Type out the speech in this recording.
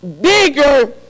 bigger